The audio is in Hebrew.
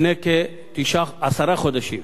לפני כתשעה-עשרה חודשים